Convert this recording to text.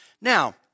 Now